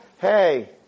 hey